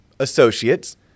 associates